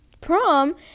prom